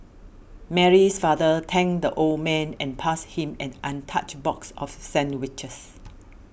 Mary's father thanked the old man and passed him an untouched box of sandwiches